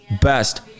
best